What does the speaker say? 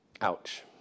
Ouch